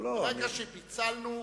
ברגע שפיצלנו,